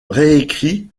réécrit